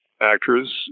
actors